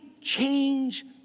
change